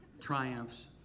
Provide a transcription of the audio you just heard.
triumphs